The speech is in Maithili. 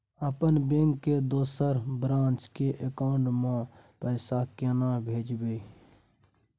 अपने बैंक के दोसर ब्रांच के अकाउंट म पैसा केना भेजबै?